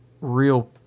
real